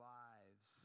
lives